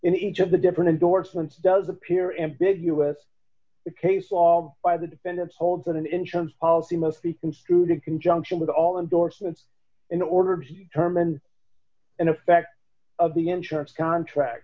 in each of the different endorsements does appear in big us the case all by the defendant holds that an insurance policy must be construed in conjunction with all endorsements in order to determine in effect of the insurance contract